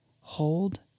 Hold